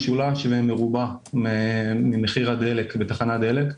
משולש ומרובע ממחיר הדלק בתחנת דלק.